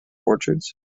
orchards